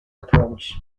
approach